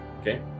okay